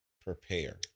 prepare